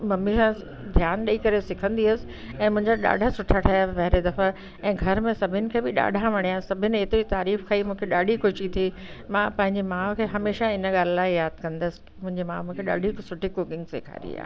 mummy सां ध्यानु ॾेई करे सिखंदी हुयसि ऐं मुंहिंजा ॾाढा सुठा ठहिया पहिरिएं दफ़ा इअं घर में सभिनि खे बि ॾाढा वणिया सभिनि एतिरी तारीफ़ कई मूंखे ॾाढी ख़ुशी थी मां पंहिंजे माउ खे हमेशा इन ॻाल्हि लाइ यादि कंदसि मुंहिंजी माउ मूंखे ॾाढी सुठी कुकिंग सेखारी आहे